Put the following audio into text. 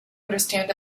understand